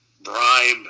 bribe